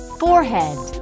forehead